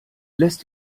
lässt